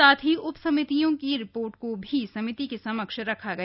साथ ही उप समितियों की रिपोर्ट को भी समिति के समक्ष रखा गया